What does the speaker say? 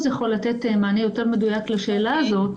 יכול לתת מענה יותר מדויק לשאלה הזאת,